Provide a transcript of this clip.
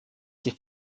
die